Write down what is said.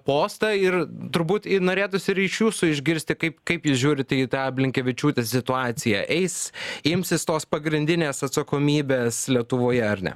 postą ir turbūt norėtųsi ir iš jūsų išgirsti kaip kaip jūs žiūrit į tą blinkevičiūtė situaciją eis imsis tos pagrindinės atsakomybės lietuvoje ar ne